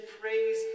praise